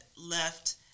left